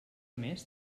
més